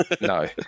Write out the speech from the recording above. No